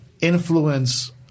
influence